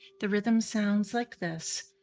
the rhythm sounds like this.